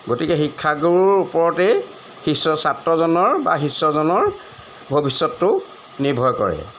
গতিকে শিক্ষাগুৰুৰ ওপৰতেই শিষ্য ছাত্ৰজনৰ বা শিষ্যজনৰ ভৱিষ্যতটো নিৰ্ভৰ কৰে